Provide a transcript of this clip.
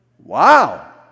Wow